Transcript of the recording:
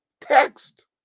text